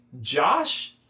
Josh